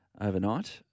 overnight